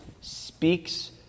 speaks